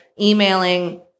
emailing